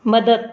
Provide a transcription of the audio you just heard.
मदत